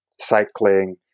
cycling